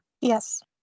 Yes